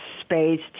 space